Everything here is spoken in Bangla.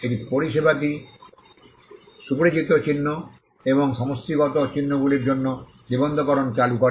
এটি পরিষেবাটি সুপরিচিত চিহ্ন এবং সমষ্টিগত চিহ্নগুলির জন্য নিবন্ধকরণ চালু করে